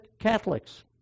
Catholics